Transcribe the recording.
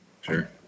Sure